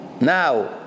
now